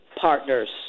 partners